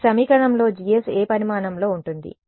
కాబట్టి ఈ సమీకరణంలో GS ఏ పరిమాణంలో ఉంటుంది